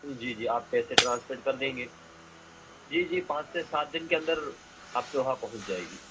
جی جی آپ پیسے ٹرانسفر کر دیں گے جی جی پانچ سے سات دن کے اندر آپ کے وہاں پہنچ جائے گی